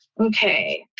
Okay